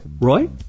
Roy